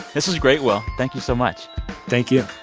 this was great, will. thank you so much thank you